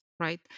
right